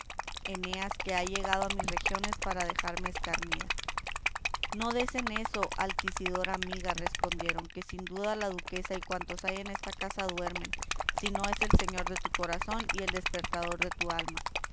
eneas que ha llegado a mis regiones para dejarme escarnida no des en eso altisidora amiga respondieron que sin duda la duquesa y cuantos hay en esa casa duermen si no es el señor de tu corazón y el despertador de tu alma